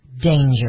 danger